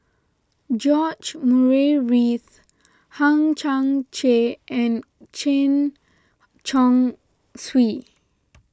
George Murray Reith Hang Chang Chieh and Chen Chong Swee